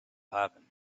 happen